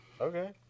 Okay